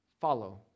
follow